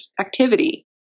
activity